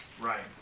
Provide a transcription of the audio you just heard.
Right